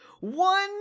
One